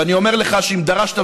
ואני אומר לך שאם דרשת,